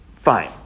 Fine